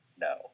no